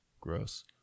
Gross